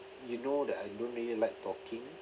you know that I don't really like talking